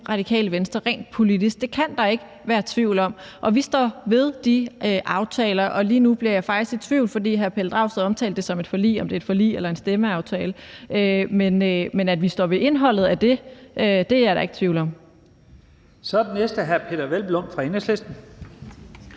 står henne rent politisk. Det kan der ikke være tvivl om. Vi står ved de aftaler, og lige nu bliver jeg faktisk i tvivl – fordi hr. Pelle Dragsted omtalte det som et forlig – om det er et forlig eller en stemmeaftale. Men at vi står ved indholdet af det, er der ikke tvivl om. Kl. 14:57 Første næstformand (Leif